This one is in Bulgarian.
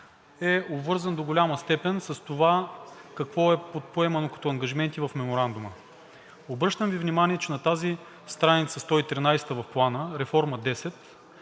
е обвързан до голяма степен с това какво е поемано като ангажименти в Меморандума. Обръщам Ви внимание, че на тази страница 113 в Плана – реформа № 10,